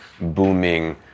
booming